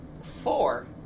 four